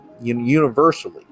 universally